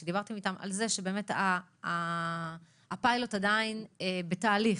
שדיברתם איתם על כך שהפיילוט עדיין בתהליך